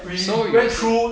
so you see